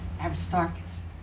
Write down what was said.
Aristarchus